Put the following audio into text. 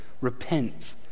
repent